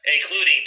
including